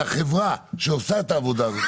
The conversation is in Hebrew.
שהחברה שעושה את העבודה הזאת,